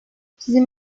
sizin